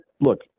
look